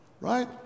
right